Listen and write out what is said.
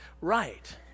right